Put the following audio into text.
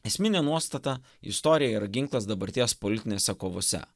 esminė nuostata istorija yra ginklas dabarties politinėse kovose